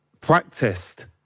practiced